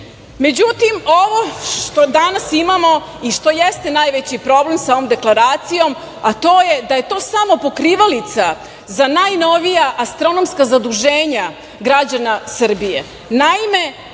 ovo što danas imamo i što jeste najveći problem sa ovom deklaracijom to je da je to samo pokrivalica za najnovija astronomska zaduženja građana Srbije. Naime,